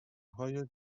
های